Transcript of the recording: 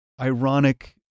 ironic